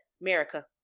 America